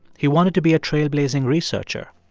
he wanted to be a trailblazing researcher,